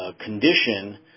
condition